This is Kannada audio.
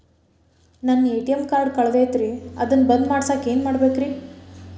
ನನ್ನ ಎ.ಟಿ.ಎಂ ಕಾರ್ಡ್ ಕಳದೈತ್ರಿ ಅದನ್ನ ಬಂದ್ ಮಾಡಸಾಕ್ ಏನ್ ಮಾಡ್ಬೇಕ್ರಿ?